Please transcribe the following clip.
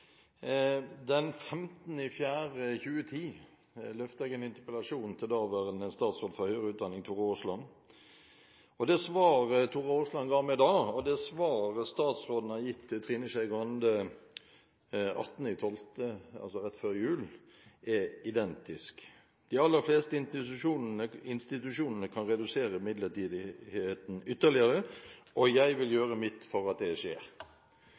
Den 15. april 2010 la jeg fram en interpellasjon til daværende statsråd for høyere utdanning, Tora Aasland. Det svaret Tora Aasland ga meg da, og det svaret statsråden ga til Trine Skei Grande 18. desember – altså rett før jul – er identiske. «De aller fleste institusjonene kan redusere midlertidigheten ytterligere, og jeg vil gjøre mitt for at det skjer.